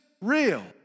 real